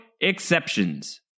exceptions